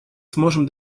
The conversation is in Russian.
сможем